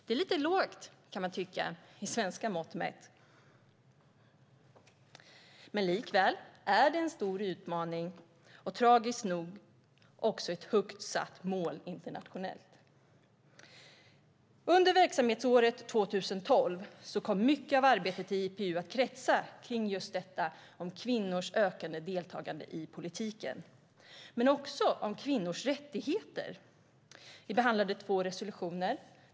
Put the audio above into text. Det är lite lågt, kan man tycka, med svenska mått mätt, men likväl är det en stor utmaning och tragiskt nog ett högt satt mål internationellt. Under verksamhetsåret 2012 kom mycket av arbetet i IPU att kretsa kring kvinnors ökade deltagande i politiken och kvinnors rättigheter. Vi behandlade två resolutioner.